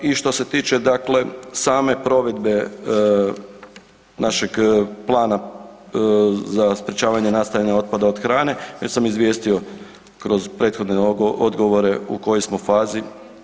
I što se tiče dakle same provedbe našeg plana za sprječavanje nastajanja otpada od hrane već sam izvijestio kroz prethodne odgovore u kojoj smo fazi.